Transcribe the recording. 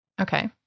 Okay